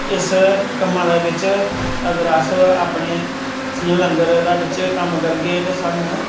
एस्स कम्मा दे बिच अगर अस अपने जियां लंगर दा बिच्च कम्म करगे ते स्हानू